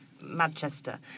Manchester